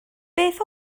beth